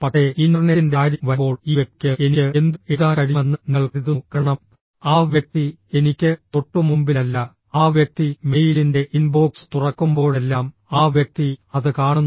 പക്ഷേ ഇന്റർനെറ്റിന്റെ കാര്യം വരുമ്പോൾ ഈ വ്യക്തിക്ക് എനിക്ക് എന്തും എഴുതാൻ കഴിയുമെന്ന് നിങ്ങൾ കരുതുന്നു കാരണം ആ വ്യക്തി എനിക്ക് തൊട്ടുമുമ്പിലല്ല ആ വ്യക്തി മെയിലിന്റെ ഇൻബോക്സ് തുറക്കുമ്പോഴെല്ലാം ആ വ്യക്തി അത് കാണുന്നു